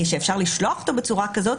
שאפשר לשלוח אותו בצורה כזאת,